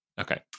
Okay